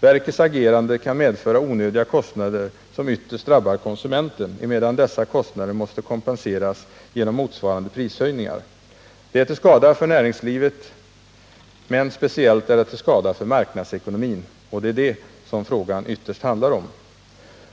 Verkets agerande kan medföra onödiga kostnader, som ytterst drabbar konsumenten, emedan dessa kostnader måste kompenseras genom motsvarande prishöjningar. Det är till skada för näringslivet, men speciellt är det till skada för marknadsekonomin — och det är det som frågan ytterst handlar om.